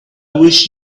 wish